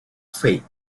fate